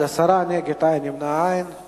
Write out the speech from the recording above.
בעד, 10, נגד, אין, נמנעים אין.